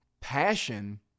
passion